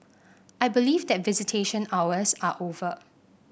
I believe that visitation hours are over